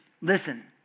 Listen